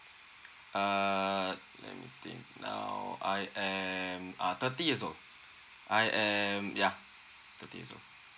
uh let me think now I am uh thirty years old I am ya thirty years old